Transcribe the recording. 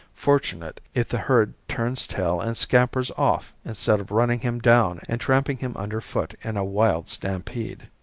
fortunate if the herd turns tail and scampers off instead of running him down and tramping him under foot in a wild stampede.